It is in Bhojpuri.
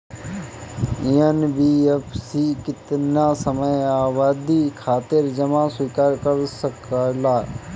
एन.बी.एफ.सी केतना समयावधि खातिर जमा स्वीकार कर सकला?